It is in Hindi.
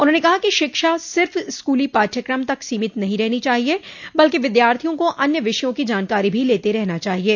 उन्होंने कहा कि शिक्षा सिर्फ़ स्कूली पाठ्यक्रम तक सीमित नहीं रहनी चाहिये बल्कि विद्यार्थियों को अन्य विषयों की जानकारी भी लेते रहना चाहिये